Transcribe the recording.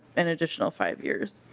an additional five years.